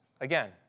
again